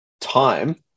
time